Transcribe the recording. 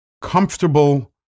comfortable